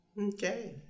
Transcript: Okay